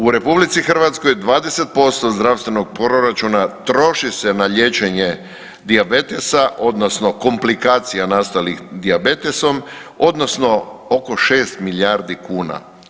U RH 20% zdravstvenog proračuna troši se na liječenje dijabetesa odnosno komplikacija nastalih dijabetesom odnosno oko 6 milijardi kuna.